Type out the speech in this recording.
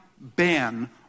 ban